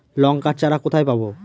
লঙ্কার চারা কোথায় পাবো?